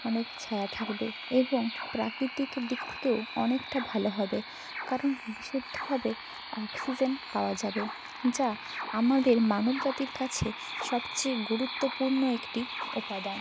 অনেক ছায়া থাকবে এবং প্রাকৃতিক দিক থেকেও অনেকটা ভালো হবে কারণ বিশুদ্ধভাবে অক্সিজেন পাওয়া যাবে যা আমাদের মানব জাতির কাছে সবচেয়ে গুরুত্বপূর্ণ একটি উপাদান